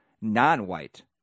non-white